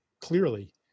clearly